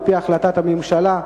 על-פי החלטת הממשלה,